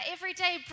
Everyday